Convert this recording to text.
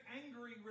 angry